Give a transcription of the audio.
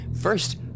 First